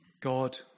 God